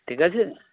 ঠিক আছে